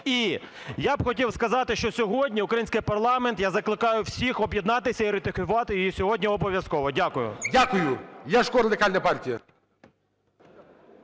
і я б хотів сказати, що сьогодні український парламент, я закликаю всіх об'єднатися і ратифікувати її сьогодні обов'язково. Дякую. ГОЛОВУЮЧИЙ. Дякую. Ляшко, Радикальна партія.